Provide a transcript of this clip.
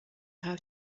how